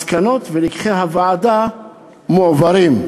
מסקנות ולקחי הוועדה מועברים"